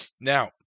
Now